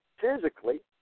physically